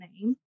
name